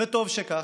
וטוב שכך.